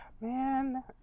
man